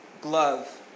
glove